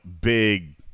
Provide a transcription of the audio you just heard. big